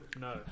no